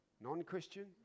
non-Christian